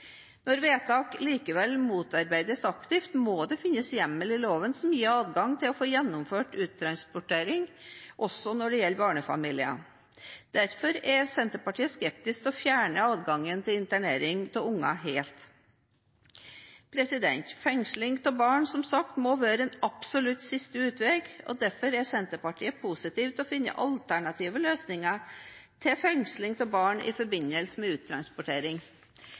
Når vedtak likevel motarbeides aktivt, må det finnes en hjemmel i loven som gir adgang til å gjennomføre uttransportering også når det gjelder barnefamilier. Derfor er Senterpartiet skeptisk til å fjerne adgangen til internering av unger helt. Fengsling av barn må, som sagt, være absolutt siste utvei. Derfor er Senterpartiet positiv til å finne alternative løsninger til fengsling av barn i forbindelse med uttransportering.